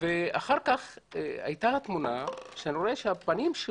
אחר כך היתה תמונה שרואים שכל הפנים של